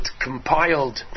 compiled